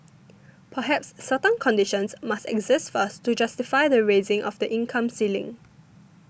perhaps certain conditions must exist first to justify the raising of the income ceiling